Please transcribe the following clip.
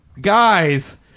guys